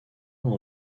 dans